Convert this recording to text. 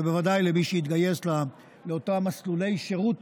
ובוודאי למי שיתגייס לאותם מסלולי שירות